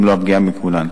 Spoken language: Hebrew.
אם לא הפגיעה מכולן,